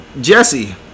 Jesse